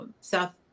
South